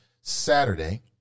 Saturday –